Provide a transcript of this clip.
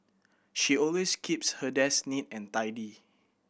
she always keeps her desk neat and tidy